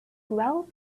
well